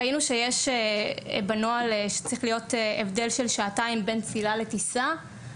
ראינו בנוהל שצריך להיות הבדל של שעתיים בין צלילה לטיסה.